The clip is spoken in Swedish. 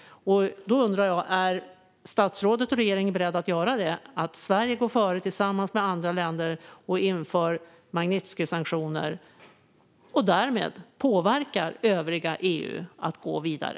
Jag undrar: Är statsrådet och regeringen beredda att låta Sverige gå före tillsammans med andra länder och införa Magnitskijsanktioner och därmed påverka övriga EU att gå vidare?